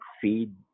feed